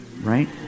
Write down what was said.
Right